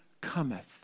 cometh